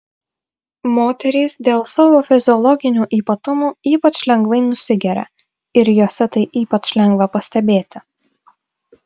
moterys dėl savo fiziologinių ypatumų ypač lengvai nusigeria ir jose tai ypač lengva pastebėti